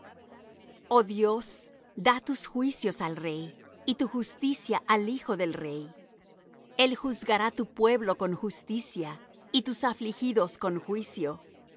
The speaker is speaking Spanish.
oh dios da tus juicios al rey y tu justicia al hijo del rey el juzgará tu pueblo con justicia y tus afligidos con juicio